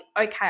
Okay